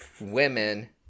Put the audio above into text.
women